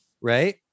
Right